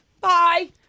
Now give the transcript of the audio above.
Bye